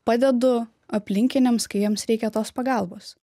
padedu aplinkiniams kai jiems reikia tos pagalbos